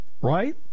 Right